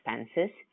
expenses